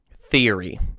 theory